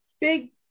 big